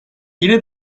yine